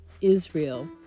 Israel